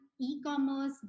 e-commerce